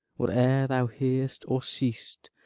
whate'er thou hear'st or seest,